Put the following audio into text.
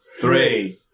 three